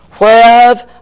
whereof